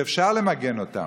שאפשר למגן אותם,